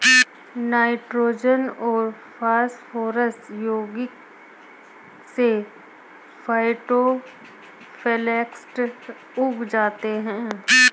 nitrogen और phosphorus यौगिक से फाइटोप्लैंक्टन उग जाते है